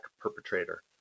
perpetrator